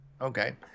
Okay